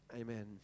Amen